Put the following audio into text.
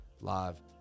live